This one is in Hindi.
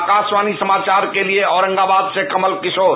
आकाशवाणी समाचार के लिए औरंगबाद से कमल किशोर